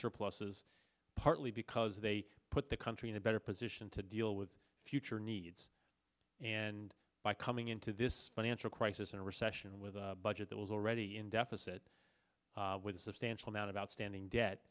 surpluses partly because they put the country in a better position to deal with future needs and by coming into this financial crisis in a recession with a budget that was already in deficit with a substantial amount of outstanding